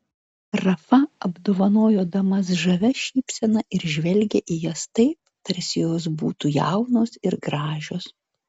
rafa apdovanojo damas žavia šypsena ir žvelgė į jas taip tarsi jos būtų jaunos ir gražios